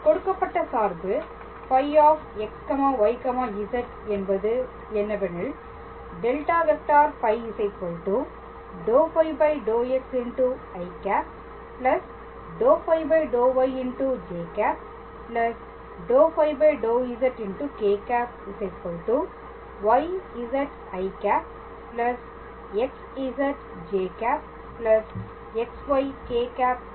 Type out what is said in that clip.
கொடுக்கப்பட்ட சார்பு φxyz என்பது என்னவெனில் ∇⃗ φ ∂φ∂x î ∂φ∂y ĵ ∂φ∂z k̂ yzî xzĵ xyk̂ ஆகும்